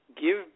give